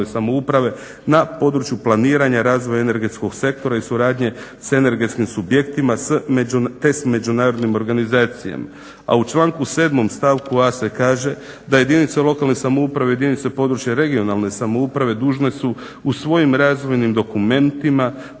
na području planiranja razvoja energetskog sektora i suradnje s energetskim subjektima te s međunarodnim organizacijama." A u članku 7. stavku A. se kaže: "Da jedinice lokalne samouprave i jedinice područne, regionalne samouprave dužne su u svojim razvojnim dokumentima